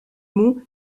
mont